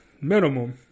minimum